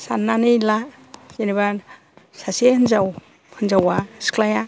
साननानै ला जेनोबा सासे होन्जाव होन्जाव सिख्लाया